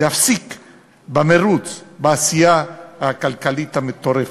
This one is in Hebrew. להפסיק במירוץ, בעשייה הכלכלית המטורפת.